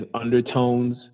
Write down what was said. undertones